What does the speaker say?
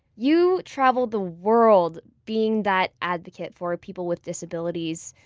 you traveled the world being that advocate for people with disabilities.